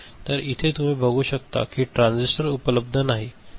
तर इथे तुम्ही बघू शकता की ट्रान्झिस्टर उपलब्ध नाही